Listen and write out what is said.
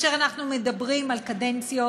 כאשר אנחנו מדברים על קדנציות,